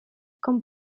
com